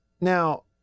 Now